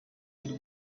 y’u